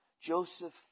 Joseph